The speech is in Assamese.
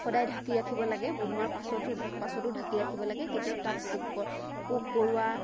সদায় ঢাকি ৰাখিব লাগে বনোৱাৰ পাছতো পাছতো ঢাকি ৰাখিব লাগে কেতিয়াও তাত পোক পোক পৰুৱা